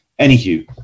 Anywho